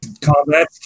combat